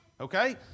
okay